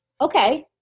Okay